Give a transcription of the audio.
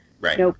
Right